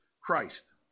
Christ